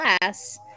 class